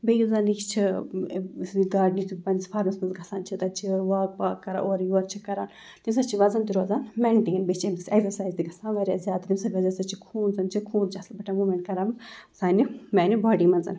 بیٚیہِ یُس زَن یہِ چھِ گاڑنِنٛگ چھِ پنٛنِس فارمَس منٛز گژھان چھِ تَتہِ چھِ واک پاک کَران اورٕ یورٕ چھِ کَران تمہِ سۭتۍ چھِ وَزَن تہِ روزان مٮ۪نٹین بیٚیہِ چھِ اَمہِ سۭتۍ اٮ۪گزَرسایز تہِ گژھان واریاہ زیادٕ تَمہِ سۭتۍ وجہ سۭتۍ چھِ خوٗن زَن چھِ خوٗن چھِ اَصٕل پٲٹھٮ۪ن موٗمٮ۪نٛٹ کَران سانہِ میٛانہِ باڈی منٛزَن